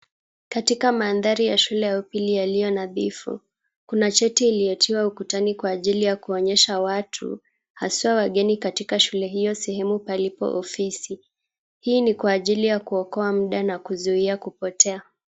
Katika mandhari ya shule ya upili yaliyo nadhifu, kuna chati iliyotiwa ukutani, kwa ajili ya kuonyesha watu haswa wageni katika shule hiyo sehemu palipo ofisi. Hii ni kwa ajili ya kuokoa mda na kuzuia kupotea.